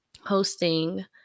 hosting